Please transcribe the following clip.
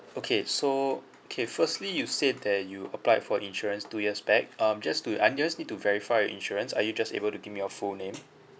okay so okay firstly you said that you applied for insurance two years back um just to I just need to verify your insurance are you just able to give me your full name